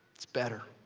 it's better.